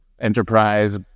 enterprise